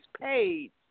paid